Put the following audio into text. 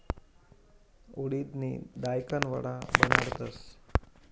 उडिदनी दायकन वडा बनाडतस